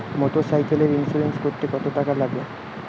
মোটরসাইকেলের ইন্সুরেন্স করতে কত টাকা লাগে?